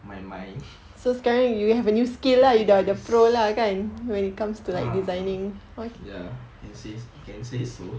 my mind yes uh ya say can say so